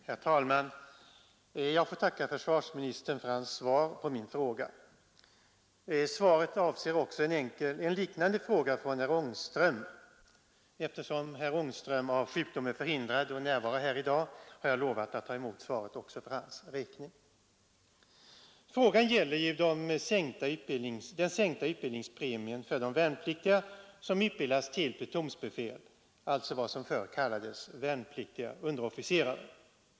Herr talman! Jag får tacka försvarsministern för hans svar på min fråga. Svaret avser också en liknande fråga från herr Ångström. Eftersom herr Ångström på grund av sjukdom är förhindrad att närvara i dag har jag lovat att ta emot svaret också för hans räkning Frågan gäller alltså den sänkta utbildningspremien till de värnpliktiga som utbildas till plutonsbefäl, dvs. vad som förr kallades värnpliktiga underofficerare.